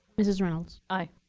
mrs. reynolds. aye.